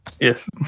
Yes